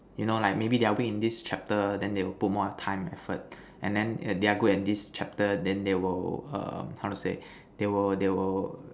you know like maybe they're weak in this chapter then they will put more time and effort and then they're good at this chapter then they will um how to say they will they will